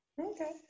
Okay